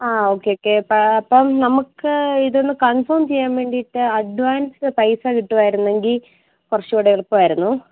ആ okay okay അപ്പം നമുക്ക് ഇത് ഒന്നു കൺഫേം ചെയ്യാൻ വേണ്ടിയിട്ട് അഡ്വാൻസ് പൈസ കിട്ടുവാരുന്നെങ്കി കുറച്ചൂടെ എളുപ്പമായിരുന്നു